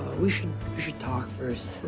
we should we should talk first.